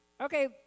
Okay